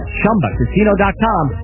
chumbacasino.com